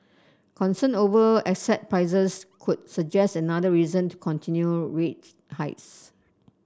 concern over asset prices could suggest another reason to continue rates hikes